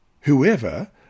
Whoever